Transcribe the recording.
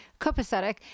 copacetic